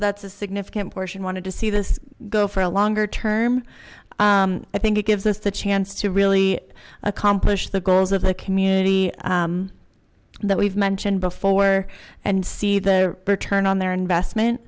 that's a significant portion wanted to see this go for a longer term i think it gives us the chance to really accomplish the goals of the community that we've mentioned before and see the return on their investment